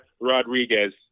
Rodriguez